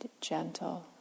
gentle